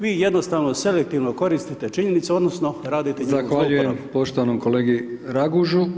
Vi jednostavno selektivno koristite činjenicu odnosno radite…/Upadica: Zahvaljujem poštovanom kolegi Ragužu…